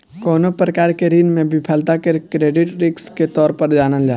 कवनो प्रकार के ऋण में विफलता के क्रेडिट रिस्क के तौर पर जानल जाला